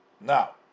Now